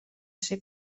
ser